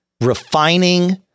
refining